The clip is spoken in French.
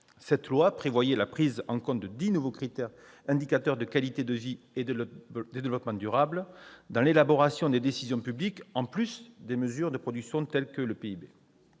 Cette loi prévoyait la prise en compte de dix nouveaux indicateurs de qualité de vie et de développement durable pour l'élaboration des décisions publiques, en sus d'instruments de mesure de la production tels que le